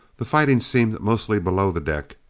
the fighting seemed mostly below the deck,